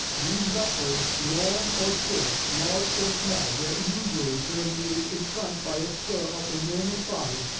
these vessels, long or short, large or small, were usually terminated in front by a spur of enormous size,